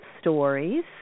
Stories